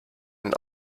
and